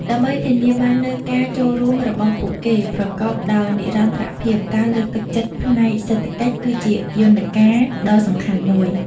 ដើម្បីធានាបាននូវការចូលរួមរបស់ពួកគេ ប្រកបដោយនិរន្តរភាព ការលើកទឹកចិត្តផ្នែកសេដ្ឋកិច្ច គឺជាយន្តការដ៏សំខាន់មួយ។